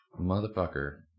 motherfucker